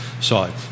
side